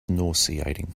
nauseating